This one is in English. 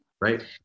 Right